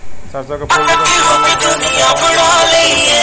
सरसो के फूल पर जब किड़ा लग जाला त कवन कीटनाशक क प्रयोग करल जाला?